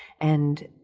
and,